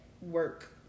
work